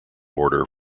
border